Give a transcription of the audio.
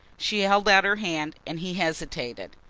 she held out her hand and he hesitated.